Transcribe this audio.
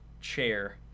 chair